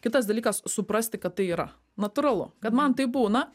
kitas dalykas suprasti kad tai yra natūralu kad man taip būna